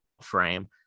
frame